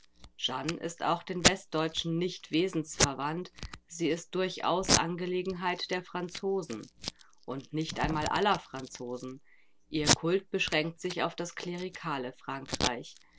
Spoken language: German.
jeanne ist auch den westdeutschen nicht wesensverwandt sie ist durchaus angelegenheit der franzosen und nicht einmal aller franzosen ihr kult beschränkt sich auf das klerikale frankreich